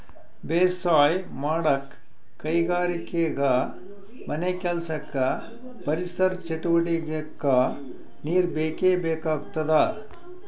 ಬೇಸಾಯ್ ಮಾಡಕ್ಕ್ ಕೈಗಾರಿಕೆಗಾ ಮನೆಕೆಲ್ಸಕ್ಕ ಪರಿಸರ್ ಚಟುವಟಿಗೆಕ್ಕಾ ನೀರ್ ಬೇಕೇ ಬೇಕಾಗ್ತದ